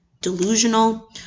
delusional